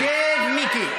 שב, מיקי.